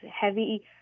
heavy